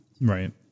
Right